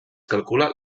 calcula